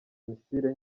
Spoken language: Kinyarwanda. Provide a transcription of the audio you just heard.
misile